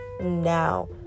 now